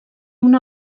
una